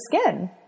skin